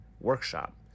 workshop